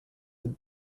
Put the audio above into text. will